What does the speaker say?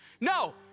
No